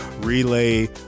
Relay